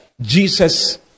Jesus